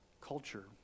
culture